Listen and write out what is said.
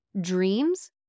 dreams